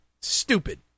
stupid